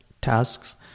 tasks